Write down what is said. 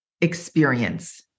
experience